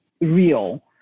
real